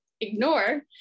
ignore